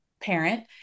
parent